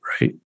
right